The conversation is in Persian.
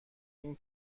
اینه